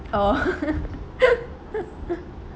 oh